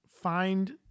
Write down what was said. find